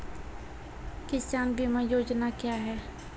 किसान बीमा योजना क्या हैं?